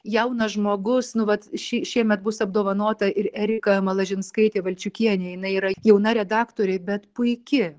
jaunas žmogus nu vat ši šiemet bus apdovanota ir erika malažinskaitė valčiukienė jinai yra jauna redaktorė bet puiki